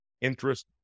interest